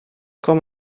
kwam